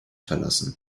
verlassen